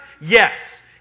Yes